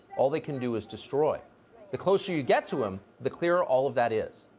all they can do is destroy the closer you get to them, the clearer all of that is